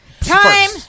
time